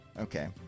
Okay